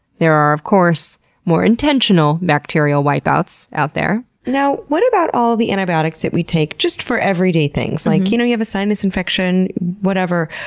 there are of course more intentional bacterial wipeouts out there. now, what about all the antibiotics we take just for everyday things? like you know you have a sinus infection, whatever.